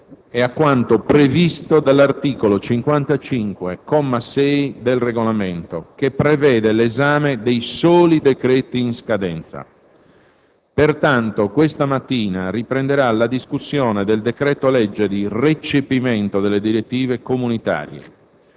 e a quanto previsto dall'articolo 55, comma 6, del Regolamento, prevede l'esame dei soli decreti-legge in scadenza. Pertanto, questa mattina riprenderà la discussione del decreto-legge di recepimento di direttive comunitarie.